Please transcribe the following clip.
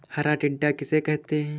हरा टिड्डा किसे कहते हैं?